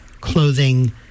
clothing